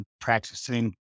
practicing